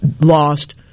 lost